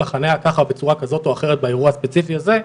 החניה בצורה כזו או אחרת באירוע הספציפי הזה,